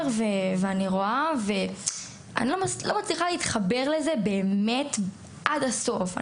ואני לא מצליחה להתחבר לזה באמת עד הסוף.